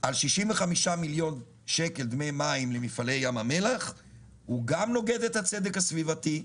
על 65 מיליון שקל דמי מים למפעלי ים המלח הוא גם נוגד את הצדק הסביבתי,